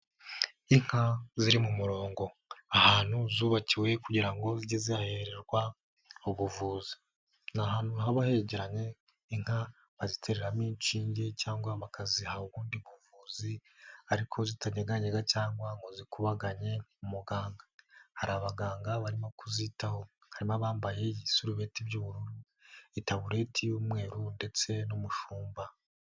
Inka ziri mu murongo. Ahantu zubakiwe kugira ngo zijye zihahererwa ubuvuzi. Ni ahantu haba hegeranye inka bazitemo inshinge cyangwa bakaziha ubundi buvuzi, ariko zitanyeganyega cyangwa ngo zikubaganye muganga. Hari abaganga barimo kuzitaho. Harimo abambaye ibisurubeti by'ubururu, itabureti y'umweru ndetse n'umushumba.